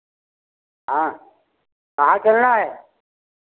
हाँ कहाँ चलना है